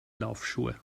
laufschuhe